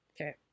Okay